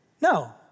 No